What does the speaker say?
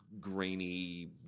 grainy